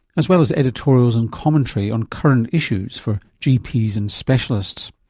as well as editorials and commentary on current issues for gps and specialists.